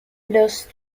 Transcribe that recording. los